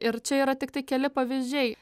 ir čia yra tiktai keli pavyzdžiai